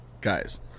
guys